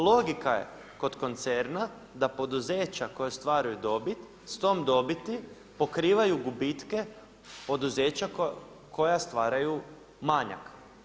Logika je kod koncerna da poduzeća koja ostvaruju dobit s tom dobiti pokrivaju gubitke poduzeća koja stvaraju manjak.